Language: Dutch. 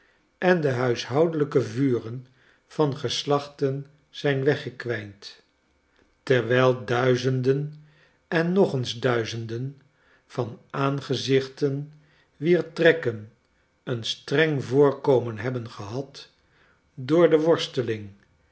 en de huishoudelijke vuren van geslachten zijn weggekwijnd terwijl duizenden en nog eens duizenden van aangezichten wier trekken een streng voorkomen hebben gehad door de worsteling